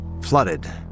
flooded